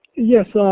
yes.